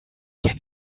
can